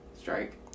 Strike